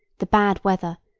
the bad weather,